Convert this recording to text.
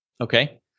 okay